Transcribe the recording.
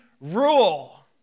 rule